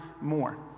more